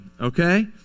okay